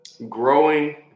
Growing